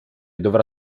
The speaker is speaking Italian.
dovrà